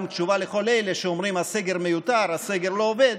זו גם תשובה לכל אלה שאומרים שהסגר מיותר ושהסגר לא עובד,